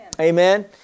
Amen